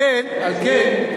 על כן,